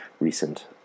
recent